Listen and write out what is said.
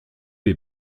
des